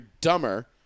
dumber